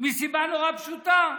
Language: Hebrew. מסיבה נורא פשוטה.